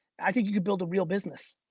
i think you could build a real business.